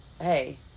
hey